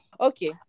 Okay